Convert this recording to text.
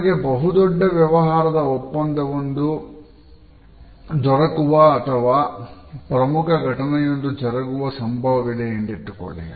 ನಿಮಗೆ ಬಹುದೊಡ್ಡ ವ್ಯವಹಾರದ ಒಪ್ಪಂದವೊಂದು ದೊರಕುವ ಅಥವಾ ಪ್ರಮುಖ ಘಟನೆಯೊಂದು ಜರುಗುವ ಸಂಭವವಿದೆ ಎಂದಿಟ್ಟುಕೊಳ್ಳಿ